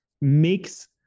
makes